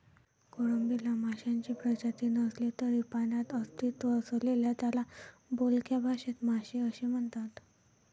कोळंबीला माशांची प्रजाती नसली तरी पाण्यात अस्तित्व असल्याने त्याला बोलक्या भाषेत मासे असे म्हणतात